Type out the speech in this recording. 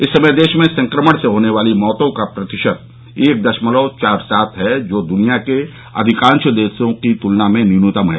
इस समय देश में संक्रमण से होने वाली मौतों का प्रतिशत एक दशमलव चार सात है जो दुनिया के अधिकांश देशों की तुलना में न्यूनतम है